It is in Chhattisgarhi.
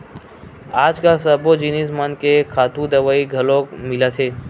आजकाल सब्बो जिनिस मन के खातू दवई घलोक मिलत हे